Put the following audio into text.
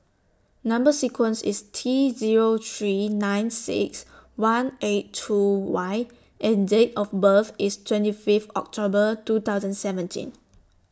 Number sequence IS T Zero three nine six one eight two Y and Date of birth IS twenty Fifth October two thousand seventeen